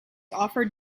offered